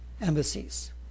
embassies